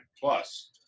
plus